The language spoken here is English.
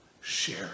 share